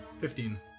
Fifteen